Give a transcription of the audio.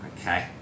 Okay